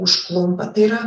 užklumpa tai yra